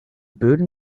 böden